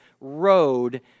road